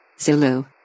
Zulu